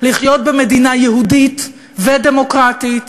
לחיות במדינה יהודית ודמוקרטית,